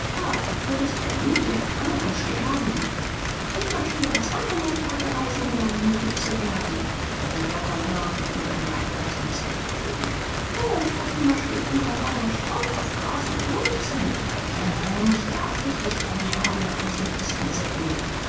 du würdest ermüden erkranken sterben ich marschiere zweihundert tagereisen ohne müde zu werden wir sind lauter männer und dürfen kein weib in unsrem zelte dulden o fatima schläft unter baum und strauch auf gras und ohne zelt nein nein ich darf dich nicht bei mir haben nach unsren